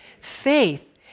Faith